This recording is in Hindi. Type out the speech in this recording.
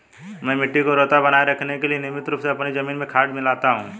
मैं मिट्टी की उर्वरता बनाए रखने के लिए नियमित रूप से अपनी जमीन में खाद मिलाता हूं